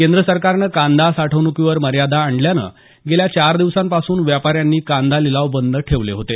केंद्र सरकारनं कांदा साठवणुकीवर मर्यादा आणल्यानं गेल्या चार दिवसांपासून व्यापाऱ्यांनी कांदा लिलाव बंद ठेवले होते